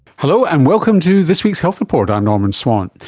hello, and welcome to this week's health report, i'm norman swan.